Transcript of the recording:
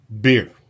beer